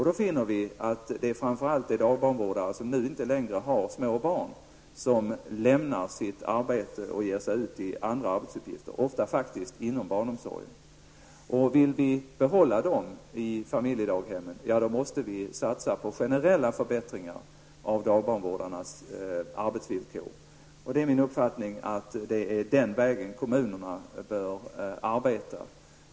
Då finner vi att det är framför allt dagbarnvårdare som inte längre har små barn som lämnar sitt arbete och skaffar sig andra arbetsuppgifter, ofta faktiskt inom barnomsorgen. Om vi vill behålla dem i familjedaghemmen, måste vi satsa på generella förbättringar av dagbarnvårdarnas arbetsvillkor. Det är min uppfattning att det är på det sättet som kommunerna bör arbeta.